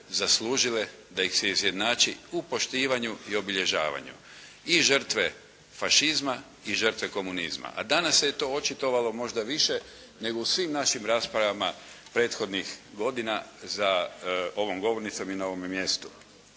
zaslužile da ih se izjednači u poštivanju i obilježavanju. I žrtve fašizma i žrtve komunizma, a danas se je to očitovalo možda više nego u svim našim raspravama prethodnih godina za ovom govornicom i na ovome mjestu.